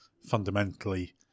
fundamentally